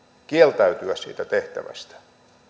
kieltäytyä siitä tehtävästä